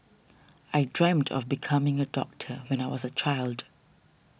I dreamt of becoming a doctor when I was a child